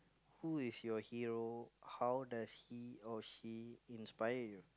who is your hero how does he or she inspire you